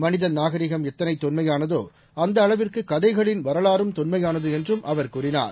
மனித நூகரீகம் எத்தளை தொன்மையானதோ அந்த அளவுக்கு கதைகளின் வரவாறும் தொன்மையானது என்றும் அவர் கூறினார்